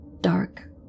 Dark